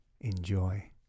Enjoy